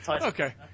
Okay